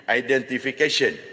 identification